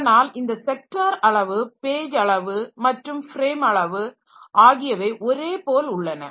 அதனால் இந்த ஸெக்டார் அளவு பேஜ் அளவு மற்றும் ஃப்ரேம் அளவு ஆகியவை ஒரே போல் உள்ளன